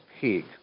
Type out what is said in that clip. peak